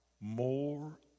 more